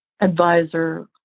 advisor